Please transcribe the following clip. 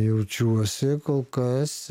jaučiuosi kol kas